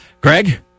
Greg